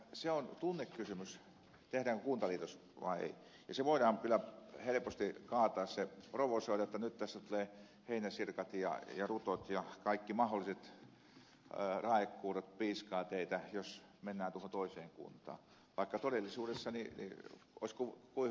se on tunnekysymys tehdäänkö kuntaliitos vai ei ja se voidaan kyllä helposti kaataa provosoida että nyt tässä tulee heinäsirkat ja rutot ja kaikki mahdolliset raekuurot piiskaavat teitä jos mennään tuohon toiseen kuntaan vaikka todellisuudessa olisi kuinka hyvästä asiasta kyse